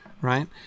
right